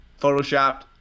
photoshopped